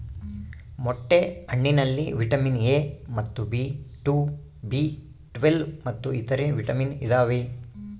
ಮೊಟ್ಟೆ ಹಣ್ಣಿನಲ್ಲಿ vitamin A ಮತ್ತು ಬಿ ಟು ಬಿ ಟ್ವೇಲ್ವ್ ಮತ್ತು ಇತರೆ ವಿಟಾಮಿನ್ ಇದಾವೆ